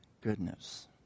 goodness